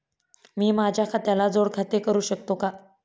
मी माझ्या खात्याला जोड खाते करू शकतो का?